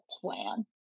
plan